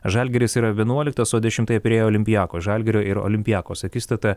žalgiris yra vienuoliktas o dešimtąją pirėjo olimpijakos žalgirio ir olimpijakos akistata